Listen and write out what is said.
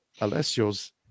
Alessio's